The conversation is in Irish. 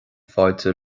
fáilte